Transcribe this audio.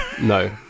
No